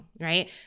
right